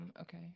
Okay